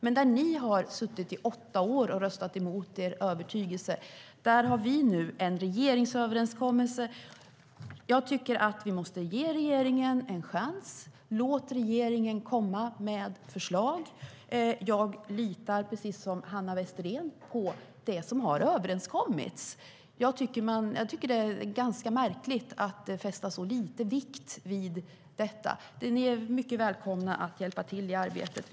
Men där ni har suttit i åtta år och röstat emot er övertygelse har vi nu en regeringsöverenskommelse. Jag tycker att vi måste ge regeringen en chans. Låt regeringen komma med förslag! Jag litar, precis som Hanna Westerén, på det som har överenskommits. Jag tycker att det är ganska märkligt att fästa så lite vikt vid detta. Ni är mycket välkomna att hjälpa till i arbetet.